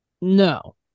No